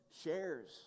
shares